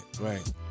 right